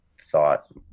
thought